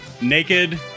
Naked